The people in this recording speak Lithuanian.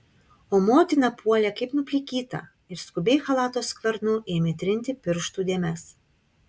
o motina puolė kaip nuplikyta ir skubiai chalato skvernu ėmė trinti pirštų dėmes